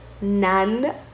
none